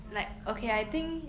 uh karma